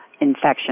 infection